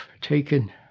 taken